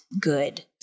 good